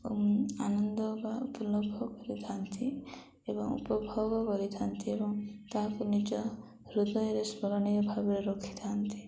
ଆନନ୍ଦ ବା ଉପଲବ୍ଧ କରିଥାନ୍ତି ଏବଂ ଉପଭୋଗ କରିଥାନ୍ତି ଏବଂ ତାହାକୁ ନିଜ ହୃଦୟରେ ସ୍ମରଣୀୟ ଭାବରେ ରଖିଥାନ୍ତି